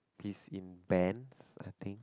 he's in band I think